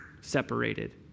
separated